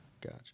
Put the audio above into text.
Gotcha